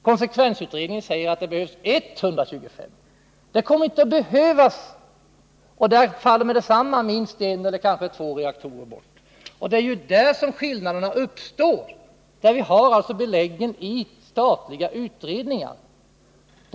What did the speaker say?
Konsekvensutredningen säger alltså att det kommer att konsumeras 125 TWh. Det kommer inte att behövas så mycket elkraft, och därmed faller också genast behovet av en eller kanske två reaktorer bort. Det är där som skillnaderna i förhållande till vad som påstås i statliga utredningar ligger.